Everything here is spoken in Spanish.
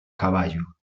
caballo